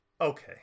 Okay